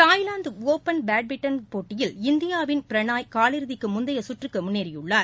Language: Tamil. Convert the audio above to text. தாய்லாந்து ஒபன் பேட்மின்டன் போட்டியில் இந்தியாவின் பிரணாய் காலிறதிக்கு முந்தைய கற்றக்கு முன்னேறியுள்ளார்